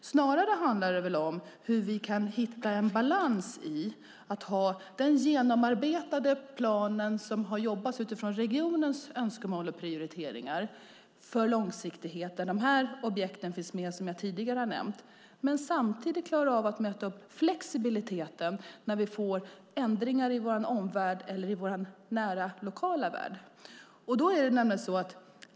Det handlar snarare om hur vi kan hitta balansen mellan den genomarbetade planen, som jobbats fram utifrån regionens önskemål, och prioriteringarna för långsiktigheten och samtidigt klara av att möta kravet på flexibilitet när vi får ändringar i vår omvärld eller i vår lokala värld. De objekten finns med, som jag tidigare nämnt.